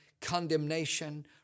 condemnation